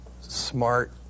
smart